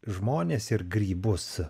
žmones ir grybus